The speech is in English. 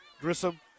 Grissom